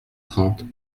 trente